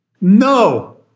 No